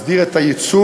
מסדיר את הייצור,